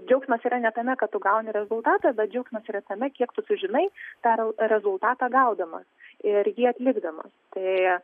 džiaugsmas yra ne tame kad tu gauni rezultatą bet džiaugsmas yra tame kiek tu sužinai tą re rezultatą gaudamas ir jį atlikdamas tai